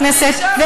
הכנסת,